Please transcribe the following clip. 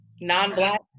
non-black